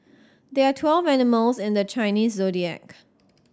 there are twelve animals in the Chinese Zodiac